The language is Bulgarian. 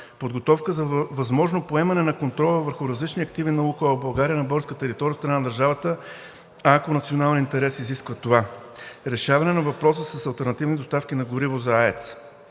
подготовка за възможно поемане на контрола върху различни активи на „Лукойл“ в България на българска територия от страна на държавата, ако националният интерес изисква това; решаване на въпроса с алтернативни доставки на гориво за АЕЦ.